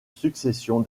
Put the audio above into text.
succession